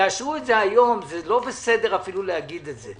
תאשרו את זה היום - לא בסדר לומר את זה.